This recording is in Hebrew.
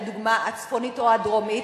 לדוגמה הצפונית או הדרומית,